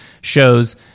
shows